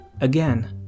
Again